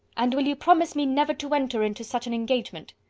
and will you promise me, never to enter into such an engagement?